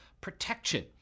protection